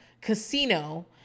Casino